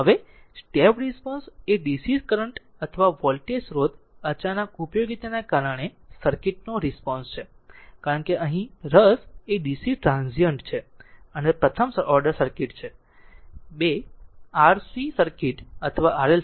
હવે step response એ DC current અથવા વોલ્ટેજ સ્ત્રોત અચાનક ઉપયોગીતાને કારણે સર્કિટનો રિસ્પોન્સ છે કારણ કે અહીં રસ એ DC ટ્રાન્ઝીયન્ટ છે અને તે પ્રથમ ઓર્ડર સર્કિટ છે ii r RC સર્કિટ અથવા RL સર્કિટ